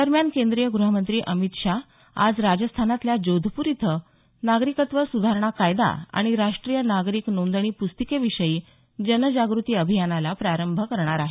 दरम्यान केंद्रीय ग्रहमंत्री अमित शाह आज राजस्थानातल्या जोधपूर इथं नागरिकत्व सुधारणा कायदा आणि राष्ट्रीय नागरिक नोंदणी पुस्तिकेविषयी जनजागृती अभियानाला प्रारंभ करणार आहेत